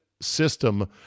system